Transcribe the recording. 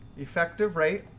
effective rate,